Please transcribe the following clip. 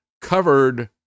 covered